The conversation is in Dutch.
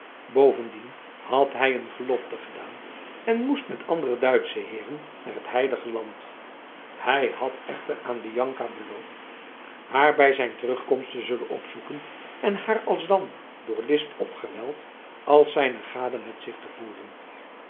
bovendien had hij een gelofte gedaan en moest met andere duitsche heeren naar het heilige land hij had echter aan bianca beloofd haar bij zijn terugkomst te zullen opzoeken en haar alsdan door list of geweld als zijn gade met zich te voeren